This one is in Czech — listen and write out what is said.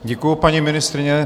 Děkuji, paní ministryně.